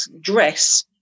dress